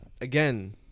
again